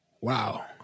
Wow